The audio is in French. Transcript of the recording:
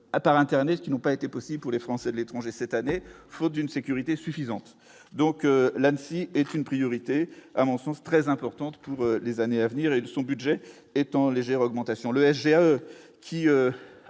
par internet qui n'ont pas été possible pour les Français de l'étranger, cette année, faute d'une sécurité suffisante, donc là, ne s'y est une priorité, à mon sens très importantes pour les années à venir et de son budget est en légère augmentation, le SGA qui